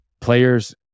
players